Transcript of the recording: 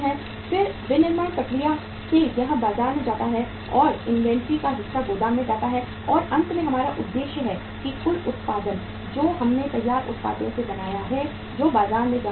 फिर विनिर्माण प्रक्रिया से यह बाजार में जाता है और इन्वेंट्री का हिस्सा गोदाम में जाता है और अंत में हमारा उद्देश्य है कि कुल उत्पादन जो हमने तैयार उत्पादों से बनाया है जो बाजार में जाना चाहिए